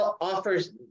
offers